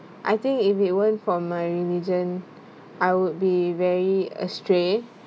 I think if it weren't for my religion I would be very astray